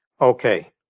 Okay